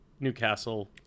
Newcastle